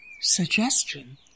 Suggestion